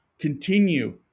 continue